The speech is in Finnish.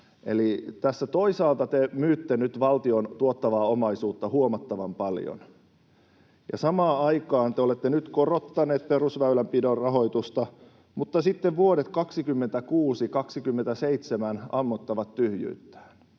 kun tässä toisaalta te myytte nyt valtion tuottavaa omaisuutta huomattavan paljon ja samaan aikaan te olette nyt korottaneet perusväylänpidon rahoitusta, mutta sitten vuodet 26—27 ammottavat tyhjyyttään,